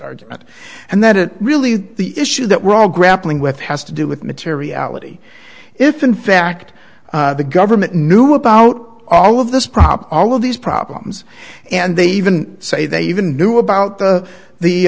argument and that it really the issue that we're all grappling with has to do with materiality if act the government knew about all of this problem all of these problems and they even say they even knew about the the